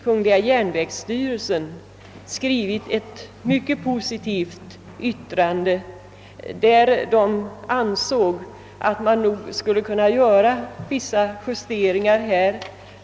Kungl. järnvägsstyrelsen hade dock skrivit ett mycket positivt yttrande där det sades att man nog skulle kunna göra vissa justeringar av bestämmelserna.